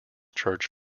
church